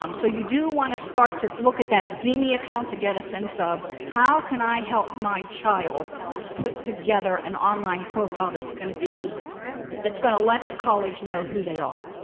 um so you do want to start to look at that zeemee account to get a sense of how can i help my child put together an online profile that's going to be it's going to let the college know who they are